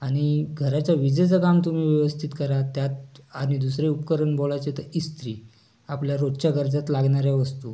आणि घराच्या विजेचं काम तुम्ही व्यवस्थित करा त्यात आणि दुसरे उपकरण बोलायचे तर इस्त्री आपल्या रोजच्या गरजात लागणाऱ्या वस्तू